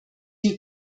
die